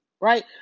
right